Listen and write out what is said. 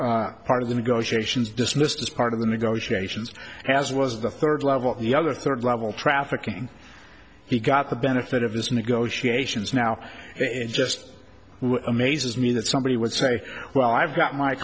was part of the negotiations dismissed as part of the negotiations as was the third level the other third level trafficking he got the benefit of his negotiations now it just amazes me that somebody would say well i've got my